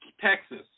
Texas